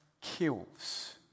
kills